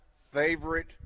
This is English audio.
favorite